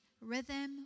rhythm